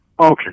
Okay